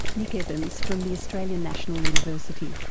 nick evans from the australian national university.